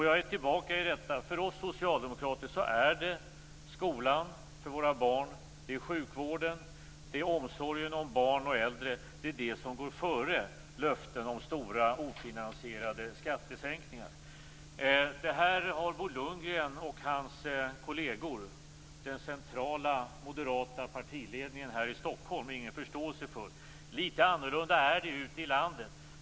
Jag är tillbaka i detta: För oss socialdemokrater är det skolan för våra barn, sjukvården och omsorgen om barn och äldre som går före löften om stora ofinansierade skattesänkningar. Det här har Bo Lundgren och hans kolleger, den centrala moderata partiledningen här i Stockholm, ingen förståelse för. Litet annorlunda är det ute i landet.